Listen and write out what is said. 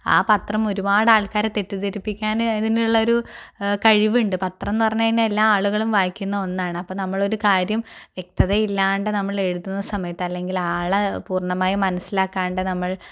ആ പത്രം ഒരുപാട് ആൾക്കാരെ തെറ്റിദ്ധരിപ്പിക്കാൻ അതിനുള്ള ഒരു കഴിവുണ്ട് ഇപ്പോൾ പത്രം എന്ന് പറഞ്ഞു കഴിഞ്ഞാൽ എല്ലാ ആളുകളും വായിക്കുന്ന ഒന്നാണ് അപ്പോൾ നമ്മൾ ഒരു കാര്യം വ്യക്തതയില്ലാണ്ട് നമ്മൾ എഴുതുന്ന സമയത്ത് അല്ലെങ്കിൽ ആളെ പൂർണമായി മനസ്സിലാക്കാണ്ട് നമ്മൾ